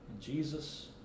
Jesus